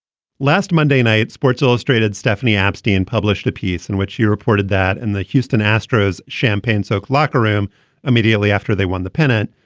last monday night sports illustrated stephanie abyssinian published a piece in which she reported that and the houston astros champagne soaked locker room immediately after they won the pennant.